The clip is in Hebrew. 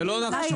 זה לא נכון.